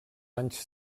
anys